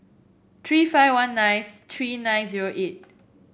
three five one nine three nine zero eight